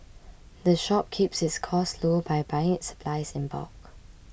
the shop keeps its costs low by buying its supplies in bulk